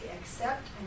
accept